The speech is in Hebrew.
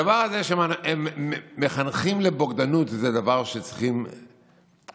הדבר הזה שהם מחנכים לבוגדנות זה דבר שצריך פשוט